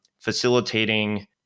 facilitating